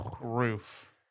roof